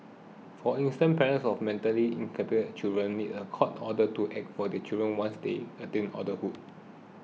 for instance parents of mentally incapacitated children need a court order to act for their children once they attain adulthood